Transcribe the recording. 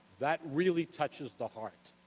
that really touches the heart.